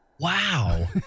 wow